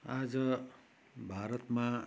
आज भारतमा